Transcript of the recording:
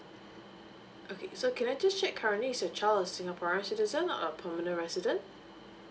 okay so can I just check currently is your child a singaporean citizen or permanent resident